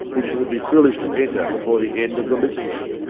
which it would be foolish to enter before the end of the litany,